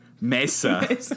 mesa